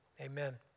amen